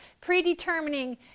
predetermining